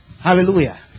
Hallelujah